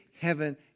heaven